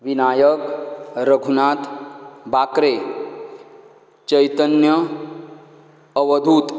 Vinayak Raghunath Bakre Chaitanya Avadhoot